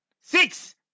Six